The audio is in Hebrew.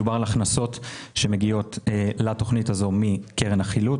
מדובר על הכנסות שמגיעות לתכנית הזאת מקרן החילוט.